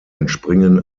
entspringen